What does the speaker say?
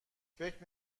فکر